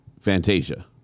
Fantasia